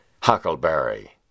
Huckleberry